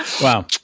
Wow